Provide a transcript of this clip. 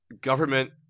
government